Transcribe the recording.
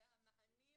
והמענים